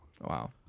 Wow